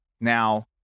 Now